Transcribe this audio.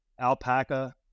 alpaca